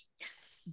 Yes